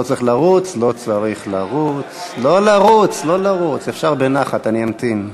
לא צריך לרוץ, לא לרוץ, אפשר בנחת, אני אמתין.